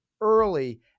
early